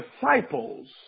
disciples